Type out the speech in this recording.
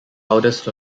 eldest